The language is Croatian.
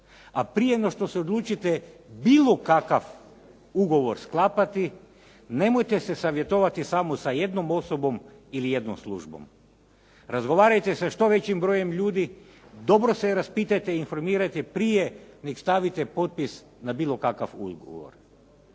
a prije no što se odlučite bilo kakav ugovor sklapati, nemojte se savjetovati samo sa jednom osobom ili jednom službom. Razgovarajte sa što većim brojem ljudi, dobro se raspitajte i informirajte prije nego stavite potpis na bilo kakav ugovor.